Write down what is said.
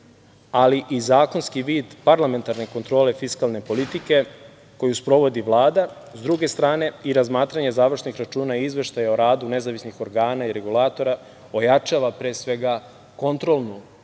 ali i zakonski vid parlamentarne kontrole fiskalne politike koju sprovodi Vlada. Sa druge strane i razmatranje završnih računa i izveštaja o radu nezavisnih organa i regulatora pojačava pre svega kontrolnu